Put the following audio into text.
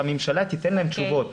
שהממשלה תיתן להם תשובות,